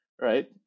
right